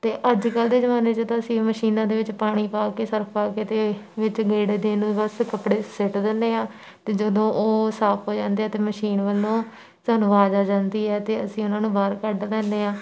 ਅਤੇ ਅੱਜ ਕੱਲ੍ਹ ਦੇ ਜ਼ਮਾਨੇ 'ਚ ਤਾਂ ਅਸੀਂ ਮਸ਼ੀਨਾਂ ਦੇ ਵਿੱਚ ਪਾਣੀ ਪਾ ਕੇ ਸਰਫ ਪਾ ਕੇ ਅਤੇ ਵਿੱਚ ਗੇੜੇ ਦੇਣ ਬਸ ਕੱਪੜੇ ਸੁੱਟ ਦਿੰਦੇ ਹਾਂ ਅਤੇ ਜਦੋਂ ਉਹ ਸਾਫ ਹੋ ਜਾਂਦੇ ਆ ਅਤੇ ਮਸ਼ੀਨ ਵੱਲੋਂ ਸਾਨੂੰ ਆਵਾਜ਼ ਆ ਜਾਂਦੀ ਹੈ ਅਤੇ ਅਸੀਂ ਉਹਨਾਂ ਨੂੰ ਬਾਹਰ ਕੱਢ ਲੈਂਦੇ ਹਾਂ